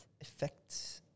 effects